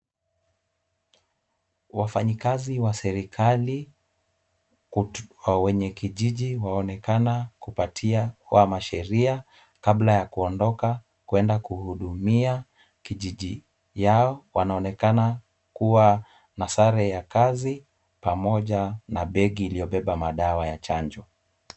Wafanyikazi wa serikali, wenye kijiji waonekana kupatia kwa masheria kabla ya kuondoka kuenda kuhudumia kijiji yao , wanaonekana kuwa na sare ya kazi pamoja na begi iliyobeba madawa ya chanjo.